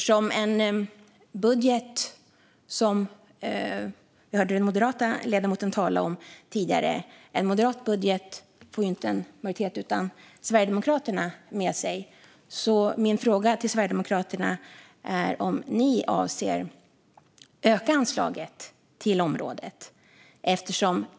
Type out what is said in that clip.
Som vi hörde den moderata ledamoten tala om tidigare får en moderat budget inte en majoritet utan att man har Sverigedemokraterna med sig, så min fråga till Sverigedemokraterna är om de avser att öka anslaget till området.